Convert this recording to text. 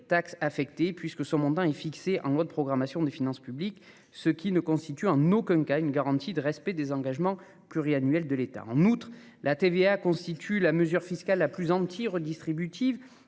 taxe affectée : son montant étant fixé en loi de programmation des finances publiques, elle ne permet en aucun cas de garantir le respect des engagements pluriannuels de l'État. En outre, la TVA constitue la mesure fiscale la plus anti-redistributive,